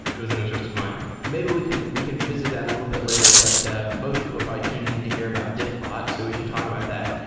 it was an interest of mine maybe we can we can visit that a little bit later, but most people are probably tuning in to hear about diffbot. so we should talk about that.